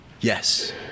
Yes